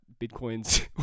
bitcoin's